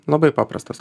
labai paprastas